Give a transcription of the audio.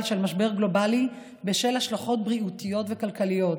של משבר גלובלי בשל השלכות בריאותיות וכלכליות.